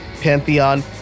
Pantheon